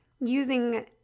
using